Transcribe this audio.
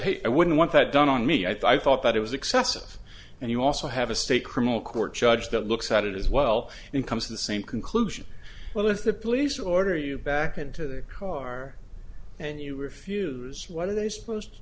hate i wouldn't want that done on me i thought that it was excessive and you also have a state criminal court judge that looks at it as well in comes to the same conclusion well if the police order you back into the car and you refuse what are they supposed to